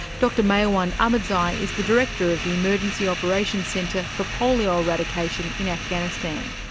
dr maiwand ahmadzai is the director of the emergency operation centre for polio eradication in afghanistan.